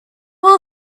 will